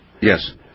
Yes